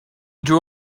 drew